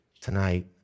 tonight